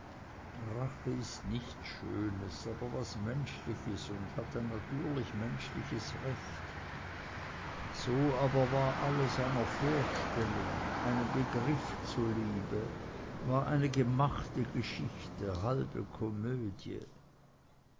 rache ist nichts schönes aber was menschliches und hat ein natürlich menschliches recht so aber war alles einer vorstellung einem begriff zuliebe war eine gemachte geschichte halbe komödie